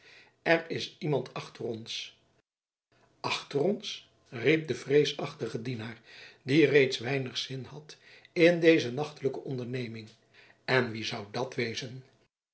er is iemand achter ons achter ons riep de vreesachtige dienaar die reeds weinig zin had in deze nachtelijke onderneming en wie zou dat wezen